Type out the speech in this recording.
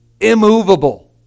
Immovable